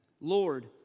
Lord